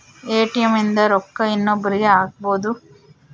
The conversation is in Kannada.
ಎ.ಟಿ.ಎಮ್ ಇಂದ ರೊಕ್ಕ ಇನ್ನೊಬ್ರೀಗೆ ಹಕ್ಬೊದು